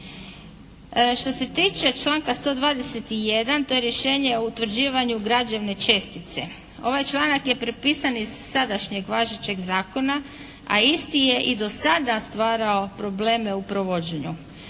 Što se tiče članka 121. to je rješenje o utvrđivanju građevne čestice. Ovaj članak je prepisan iz sadašnjeg važećeg zakona, a isti je i do sada stvarao probleme u provođenju.